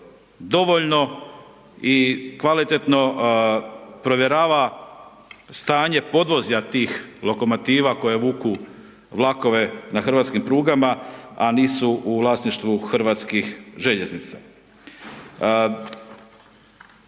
dovoljno i kvalitetno provjerava stanje podvozja tih lokomotiva koje vuku vlakove na hrvatskim prugama, a nisu u vlasništvu Hrvatskih željeznica.